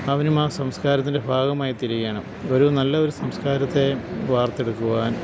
അവനും ആ സംസ്കാരത്തിൻ്റെ ഭാഗമായിത്തീരുകയാണ് ഒരു നല്ലൊരു സംസ്കാരത്തെ വാർത്തെടുക്കുവാൻ